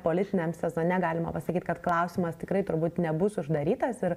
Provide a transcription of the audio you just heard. politiniam sezone galima pasakyt kad klausimas tikrai turbūt nebus uždarytas ir